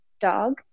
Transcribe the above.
dog